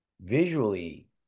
visually